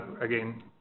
again